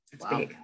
Wow